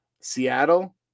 Seattle